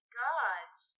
gods